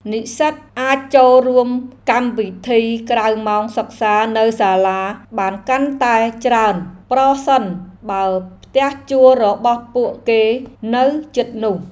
និស្សិតអាចចូលរួមកម្មវិធីក្រៅម៉ោងសិក្សានៅសាលាបានកាន់តែច្រើន ប្រសិនបើផ្ទះជួលរបស់ពួកគេនៅជិតនោះ។